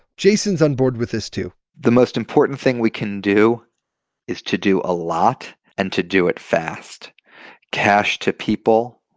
jason is on board with this, too the most important thing we can do is to do a lot and to do it fast cash to people,